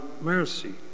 mercy